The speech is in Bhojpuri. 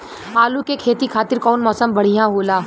आलू के खेती खातिर कउन मौसम बढ़ियां होला?